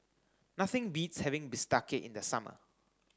nothing beats having Bistake in the summer